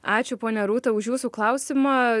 ačiū ponia rūta už jūsų klausimą